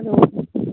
hello